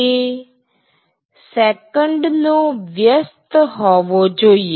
એ સેકન્ડનો વ્યસ્ત હોવો જોઈએ